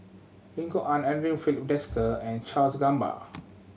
Lim Kok Ann Andre Filipe Desker and Charles Gamba